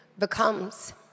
becomes